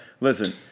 Listen